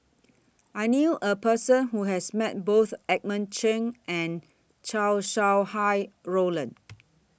I knew A Person Who has Met Both Edmund Cheng and Chow Sau Hai Roland